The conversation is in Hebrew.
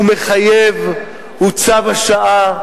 הוא מחייב, הוא צו השעה.